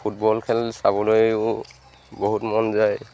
football খেল চাবলৈয়ো বহুত মন যায়